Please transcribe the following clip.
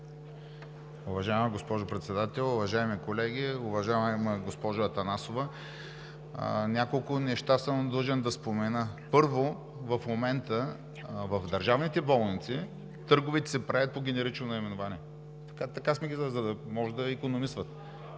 Уважаема госпожо Председател, уважаеми колеги, уважаема госпожо Атанасова! Длъжен съм да спомена няколко неща. Първо, в момента в държавните болници търговете се правят по генерично наименование, за да може да икономисват.